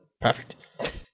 Perfect